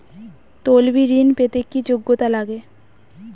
তলবি ঋন পেতে কি যোগ্যতা লাগে?